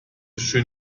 schön